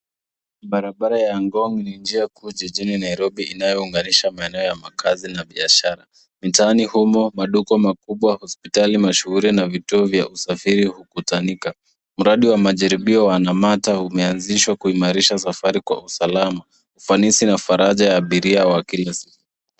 Barabara ya Ngong' ni njia kuu jijini Nairobi inayounganisha maeneo ya makaazi na biashara. Mitaani humo maduka makubwa, hospitali maashuhuri na vituo vya usafiri hukutanika. Mradi wa majaribio wanamata umeanzishwa kuimarisha safari kwa usalama, ufanisi na faraja ya abiria wa kila siku.